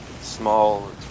small